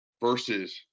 versus